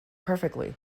perfectly